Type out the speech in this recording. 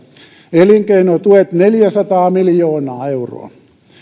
elinkeinotuet neljäsataa miljoonaa euroa